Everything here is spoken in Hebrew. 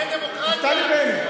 זאת דמוקרטיה?